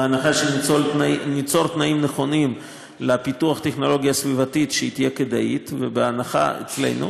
בהנחה שניצור תנאים נכונים לפיתוח טכנולוגיה סביבתית שתהיה כדאית אצלנו,